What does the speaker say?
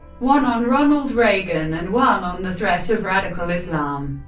one on ronald reagan, and one on the threat of radical islam.